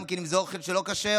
גם אם זה אוכל לא כשר,